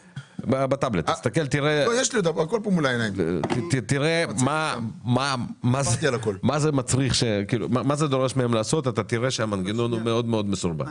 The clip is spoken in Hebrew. תראה מה זה דורש מהם לעשות ואתה תראה שהמנגנון מאוד מסובך.